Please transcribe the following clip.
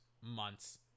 months